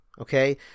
Okay